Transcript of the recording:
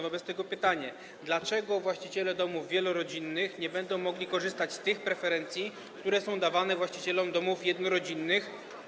Wobec tego pytanie: Dlaczego właściciele domów wielorodzinnych nie będą mogli korzystać z tych preferencji, które są przyznawane właścicielom domów jednorodzinnych?